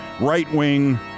right-wing